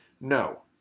No